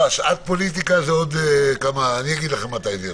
שעת פוליטיקה זה עוד, אני אגיד לך מתי זה יתחיל.